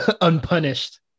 unpunished